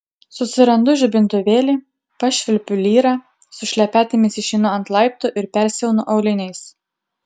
susirandu žibintuvėlį pašvilpiu lyrą su šlepetėmis išeinu ant laiptų ir persiaunu auliniais